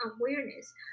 awareness